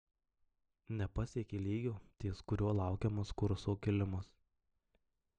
nepasiekė lygio ties kuriuo laukiamas kurso kilimas